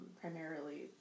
primarily